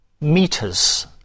meters